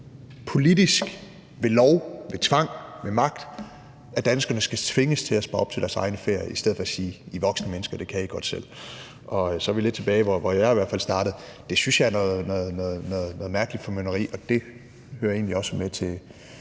politisk, ved lov, ved tvang, ved magt – at danskerne skal tvinges til at spare op til deres egen ferie, i stedet for at sige: I er voksne mennesker; det kan I godt selv. Og så er vi lidt tilbage til der, hvor jeg i hvert fald startede, nemlig at det synes jeg er noget mærkeligt formynderi. Og det hører egentlig også med til